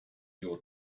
your